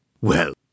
Well